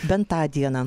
bent tą dieną